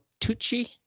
Tucci